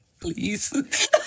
please